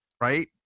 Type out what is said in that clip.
right